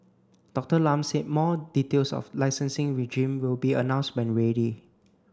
Doctor Lam said more details of licensing regime will be announced when ready